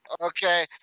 Okay